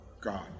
God